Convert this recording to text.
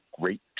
great